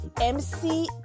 MC